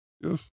Yes